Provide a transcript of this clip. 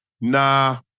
Nah